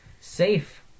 Safe